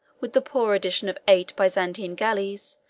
with the poor addition of eight byzantine galleys,